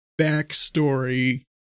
backstory